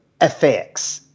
effects